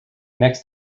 next